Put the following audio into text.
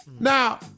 Now